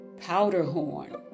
Powderhorn